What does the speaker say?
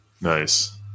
Nice